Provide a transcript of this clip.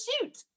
shoot